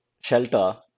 shelter